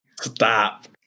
Stop